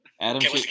Adam